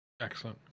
excellent